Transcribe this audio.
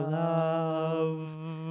love